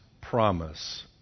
promise